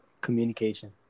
communication